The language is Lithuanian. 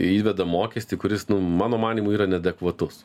įveda mokestį kuris nu mano manymu yra neadekvatus